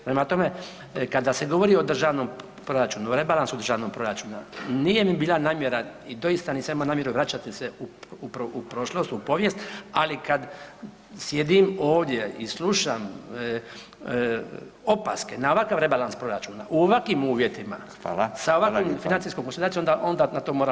Prema tome, kada se govori o državnom proračunu, o rebalansu državnog proračuna nije mi bila namjera i to isto nisam imao namjeru vraćati se u prošlost, u povijest, ali kad sjedim ovdje i slušam opaske na ovakav rebalans proračuna, u ovakvim uvjetima [[Upadica: Hvala.]] sa ovakvom financijskom konsolidacijom onda na to moramo odgovoriti.